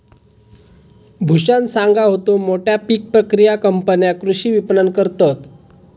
भूषण सांगा होतो, मोठ्या पीक प्रक्रिया कंपन्या कृषी विपणन करतत